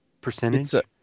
percentage